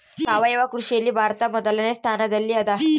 ಸಾವಯವ ಕೃಷಿಯಲ್ಲಿ ಭಾರತ ಮೊದಲನೇ ಸ್ಥಾನದಲ್ಲಿ ಅದ